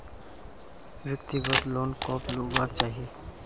व्यक्तिगत लोन कब लुबार चही?